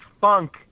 Funk